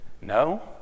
No